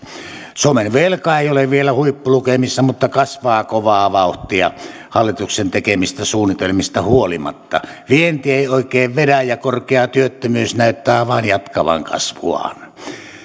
suomen velka ei ole vielä huippulukemissa mutta kasvaa kovaa vauhtia hallituksen tekemistä suunnitelmista huolimatta vienti ei oikein vedä ja korkea työttömyys näyttää vain jatkavan kasvuaan